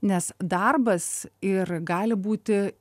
nes darbas ir gali būti